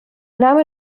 name